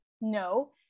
no